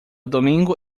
domingo